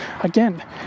again